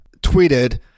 tweeted